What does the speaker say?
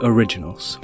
Originals